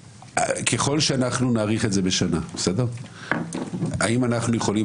ככל שנאריך את זה בשנה האם אנחנו יכולים